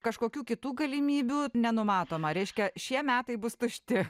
kažkokių kitų galimybių nenumatoma reiškia šie metai bus tušti